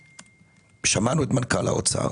שמענו את מנכ"ל האוצר